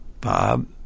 Bob